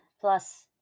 plus